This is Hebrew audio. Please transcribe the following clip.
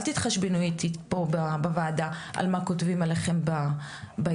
אל תתחשבנו איתי פה בוועדה על מה כותבים עליכם בעיתונות.